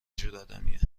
جورآدمیه